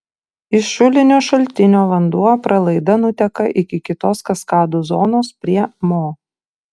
iš šulinio šaltinio vanduo pralaida nuteka iki kitos kaskadų zonos prie mo